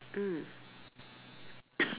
mm